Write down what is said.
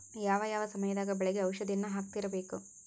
ಯಾವ ಯಾವ ಸಮಯದಾಗ ಬೆಳೆಗೆ ಔಷಧಿಯನ್ನು ಹಾಕ್ತಿರಬೇಕು?